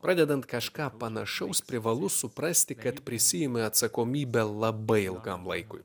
pradedant kažką panašaus privalu suprasti kad prisiima atsakomybę labai ilgam laikui